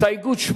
ההסתייגות מס'